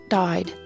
died